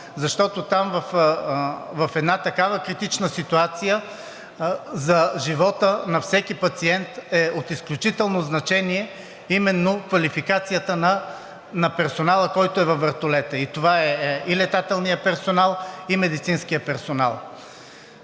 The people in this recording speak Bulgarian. Защото там, в една такава критична ситуация за живота на всеки пациент, е от изключително значение именно квалификацията на персонала във вертолета. Това е и летателният персонал, и медицинският персонал.